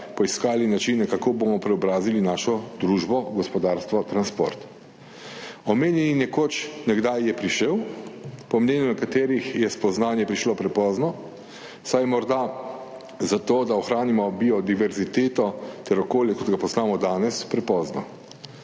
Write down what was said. poiskali načine, kako bomo preobrazili našo družbo, gospodarstvo, transport. Omenjeni nekoč, nekdaj je prišel. Po mnenju nekaterih je spoznanje prišlo prepozno, saj je morda za to, da ohranimo biodiverziteto ter okolje, kot ga poznamo danes, prepozno.